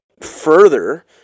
further